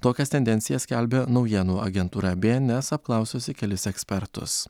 tokias tendencijas skelbia naujienų agentūra bns apklaususi kelis ekspertus